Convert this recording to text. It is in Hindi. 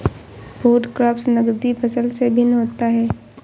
फूड क्रॉप्स नगदी फसल से भिन्न होता है